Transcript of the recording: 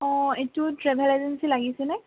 অঁ এইটো ট্ৰেভেল এজেঞ্চিত লাগিছেনে